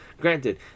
Granted